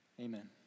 Amen